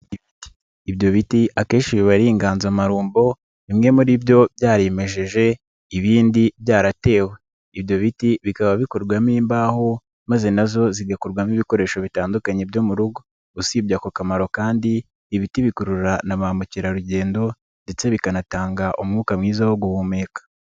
Ibiti ibyo biti akenshi biba ari inganzamarumbo bimwe muri byo byarimejeje ibindi byaratewe ibyo biti bikaba bikorwamo imbaho maze nazo zigakorwarwamo ibikoresho bitandukanye byo mu rugo usibye ako kamaro kandi ibiti bikurura na ba mukerarugendo ndetse bikanatanga umwuka mwiza wo guhumeka.